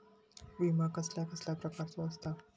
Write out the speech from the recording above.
विमा कसल्या कसल्या प्रकारचो असता?